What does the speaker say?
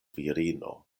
virino